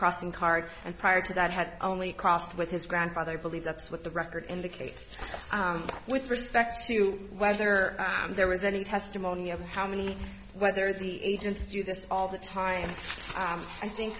crossing card and prior to that had only crossed with his grandfather believes that's what the record indicates with respect to whether there was any testimony of how many whether the agents do this all the time i think